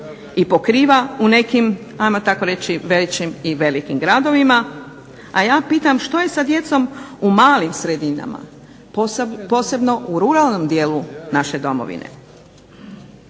i pokriva u nekim ajmo tako reći većim i velikim gradovima, a ja pitam što je sa djecom u malim sredinama, posebno u ruralnom dijelu naše domovine?